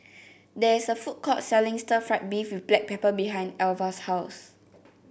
there is a food court selling Stir Fried Beef with Black Pepper behind Alvah's house